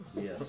Yes